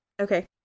Okay